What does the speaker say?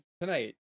tonight